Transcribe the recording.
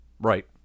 Right